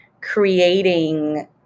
creating